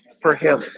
for